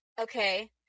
okay